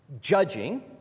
Judging